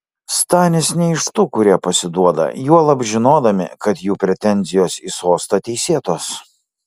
stanis ne iš tų kurie pasiduoda juolab žinodami kad jų pretenzijos į sostą teisėtos